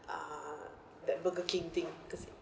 uh that burger king thing